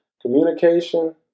Communication